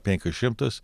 penkis šimtus